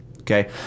Okay